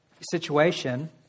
situation